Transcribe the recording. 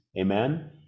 amen